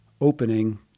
opening